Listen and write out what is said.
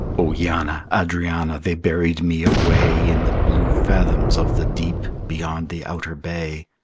o yanna, adrianna, they buried me away in the blue fathoms of the deep, beyond the outer bay.